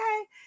okay